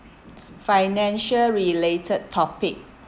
financial related topic